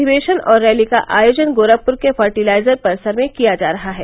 अधिवेशन और रैली का आयोजन गोरखपुर के फर्टिलाइजर परिसर में किया जा रहा है